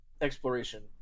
exploration